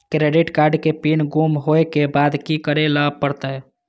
Credit card के pin गुम होय के बाद की करै ल परतै?